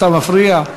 אתה מפריע?